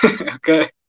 Okay